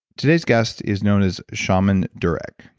today's guest is known as shaman durek.